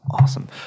awesome